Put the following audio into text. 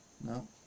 No